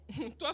Toi